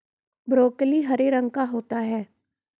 broccoli हरे रंग का होता है